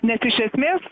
nes iš esmės